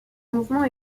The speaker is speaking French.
mouvement